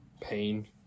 Pain